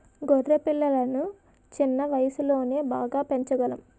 గొర్రె పిల్లలను చిన్న వయసులోనే బాగా పెంచగలం